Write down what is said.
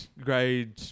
grade